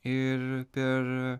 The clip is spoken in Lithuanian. ir per